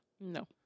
No